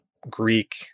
Greek